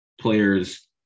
Players